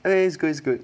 it's good it's good